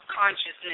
consciousness